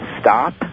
stop